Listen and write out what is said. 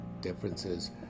differences